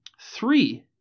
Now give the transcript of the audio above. three